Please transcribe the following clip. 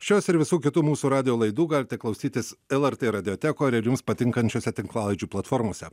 šios ir visų kitų mūsų radijo laidų galite klausytis lrt radiotekoj ir jums patinkančiose tinklalaidžių platformose